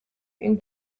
une